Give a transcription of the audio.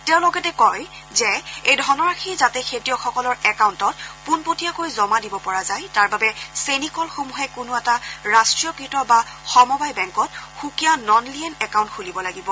তেওঁ লগতে কয় যে এই ধনৰাশি যাতে খেতিয়কসকলৰ একাউণ্টত পোনপটীয়াকৈ জমা দিব পৰা যায় তাৰ বাবে চেনিকলসমূহে কোনো এটা ৰাষ্টীয়কৃত বা সমবায় বেংকত সুকীয়া নন লিয়েন একাউণ্ট খুলিব লাগিব